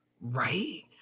Right